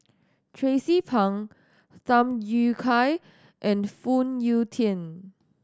Tracie Pang Tham Yui Kai and Phoon Yew Tien